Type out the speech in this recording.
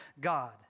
God